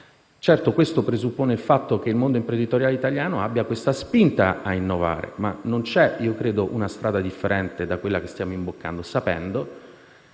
Certo, questo presuppone il fatto che il mondo editoriale italiano abbia la spinta ad innovare, ma non credo che ci sia una strada differente da quella che stiamo imboccando, sapendo